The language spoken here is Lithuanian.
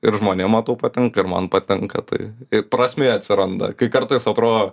ir žmonėm matau patinka ir man patinka tai ir prasmė atsiranda kai kartais atrodo